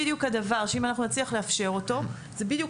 הם בדיוק הדבר שאם נצליח לאפשר אותו אז נצליח